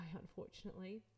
unfortunately